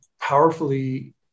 powerfully